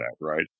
right